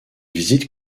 visites